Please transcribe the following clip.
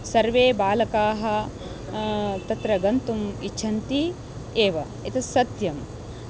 सर्वे बालकाः तत्र गन्तुम् इच्छन्ति एव एतत् सत्यम्